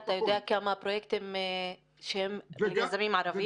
אתה יודע כמה פרויקטים מדברים על הערבים?